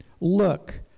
Look